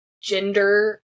gender